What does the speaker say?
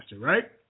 right